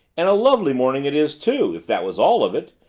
and a lovely morning it is, too if that was all of it,